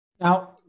Now